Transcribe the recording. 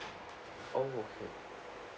oh okay